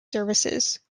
services